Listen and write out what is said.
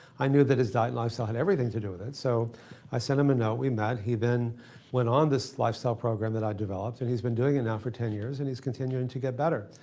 i knew that his diet and lifestyle had everything to do with it. so i sent him a note, we met. he then went on this lifestyle program that i developed and he's been doing it now for ten years and he's continuing to get better.